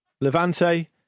Levante